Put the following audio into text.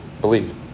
believe